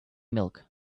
milk